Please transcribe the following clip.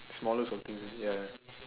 smallest of thing is it ya